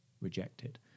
rejected